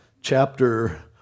chapter